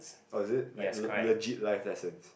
oh is it like legit life lessons